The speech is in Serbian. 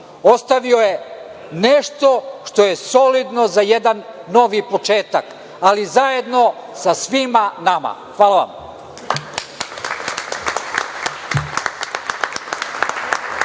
Ostavio je nešto što je solidno za jedan novi početak, ali zajedno sa svima nama. Hvala vam.